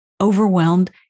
overwhelmed